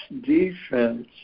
defense